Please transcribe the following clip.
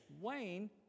Wayne